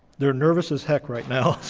they're nervous as heck right now.